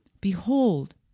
Behold